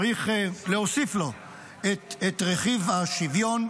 צריך להוסיף לו את רכיב השוויון.